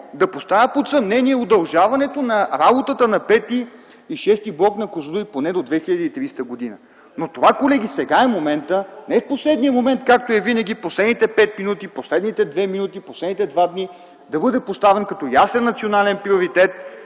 да поставя под съмнение удължаването на работата на пети и шести блок на „Козлодуй” поне до 2030 г. Това, колеги, сега е момента, не последния момент както е винаги – последните пет минути, последните две минути, последните два дни, да бъде поставен като ясен национален приоритет